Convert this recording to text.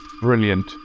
brilliant